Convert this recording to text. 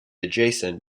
adjacent